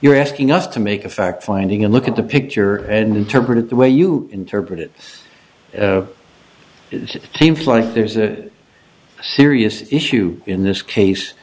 you're asking us to make a fact finding and look at the picture and interpret it the way you interpret it the same flight there's a serious issue in this case